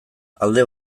alde